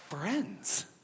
friends